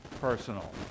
personal